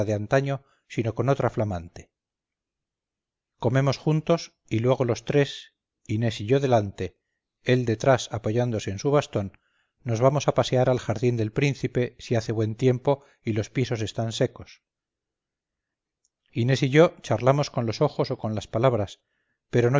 de antaño sino con otra flamante comemos juntos y luego los tres inés y yo delante él detrás apoyándose en su bastón nos vamos a pasear al jardín del príncipe si hace buen tiempo y los pisos están secos inés y yo charlamoscon los ojos o con las palabras pero